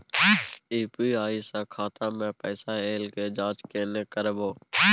UPI स खाता मे पैसा ऐल के जाँच केने करबै?